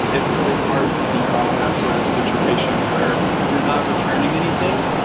it's really hard to debug that sort of situation where you're not returning anything,